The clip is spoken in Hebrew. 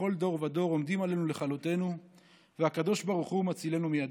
שבכל דור ודור עומדים עלינו לכלותינו והקדוש ברוך הוא מצילנו מידם".